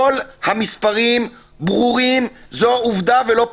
כל המספרים ברורים, זו עובדה ולא פרשנות,